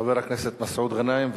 חבר הכנסת מסעוד גנאים,